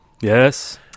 Yes